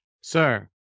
Sir